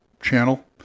channel